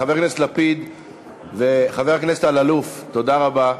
חבר הכנסת לפיד וחבר הכנסת אלאלוף, תודה רבה.